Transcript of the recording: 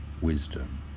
wisdom